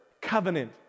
covenant